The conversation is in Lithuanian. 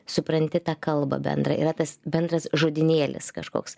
supranti tą kalbą bendrą yra tas bendras žodynėlis kažkoks